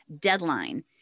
deadline